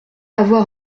avoir